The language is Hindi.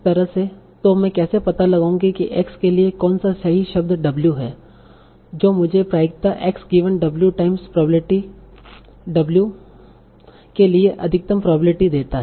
तो मैं कैसे पता लगाऊंगा कि x के लिए कौन सा सही शब्द w है जो मुझे प्रायिकता x given w times probability w के लिए अधिकतम प्रोबब्लिटी देता है